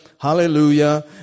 Hallelujah